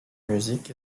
musique